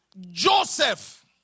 Joseph